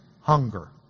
hunger